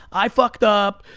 i fucked up.